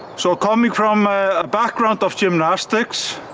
so coming from a ah background gymnastics.